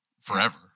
forever